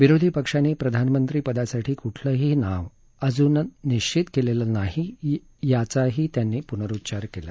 विरोधी पक्षांनी प्रधानमंत्री पदासाठी कुठलंही नाव अजून निश्वित केलेलं नाही याचाही त्यांनी पुनरुच्चार केला